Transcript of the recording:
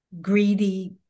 greedy